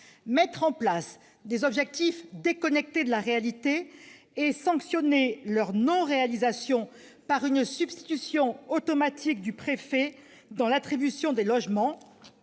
Mettre en place des objectifs déconnectés de la réalité et sanctionner leur non-réalisation par une substitution automatique du préfet à la collectivité